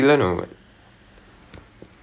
he's in new zealand he's in new zealand